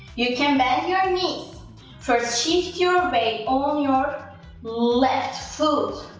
you can bend your knees first, shift your weight on your left foot,